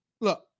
look